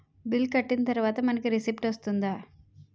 Bill కట్టిన తర్వాత మనకి రిసీప్ట్ వస్తుందా?